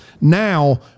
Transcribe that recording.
now